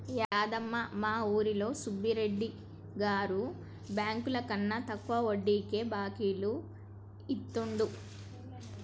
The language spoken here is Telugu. యాదమ్మ, మా వూరిలో సబ్బిరెడ్డి గారు బెంకులకన్నా తక్కువ వడ్డీకే బాకీలు ఇత్తండు